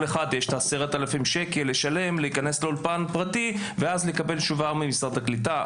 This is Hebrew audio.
יש 10,000 שקל לשלם להיכנס לאולפן פרטי ואז לקבל את השובר ממשרד הקליטה.